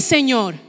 Señor